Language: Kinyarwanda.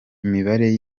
imibare